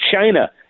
China